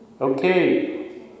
Okay